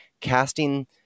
casting